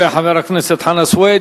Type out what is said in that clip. תודה לחבר הכנסת חנא סוייד.